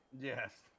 Yes